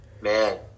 man